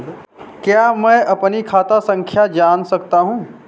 क्या मैं अपनी खाता संख्या जान सकता हूँ?